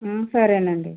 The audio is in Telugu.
సరేను అండి